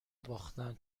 باختن